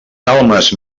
calmes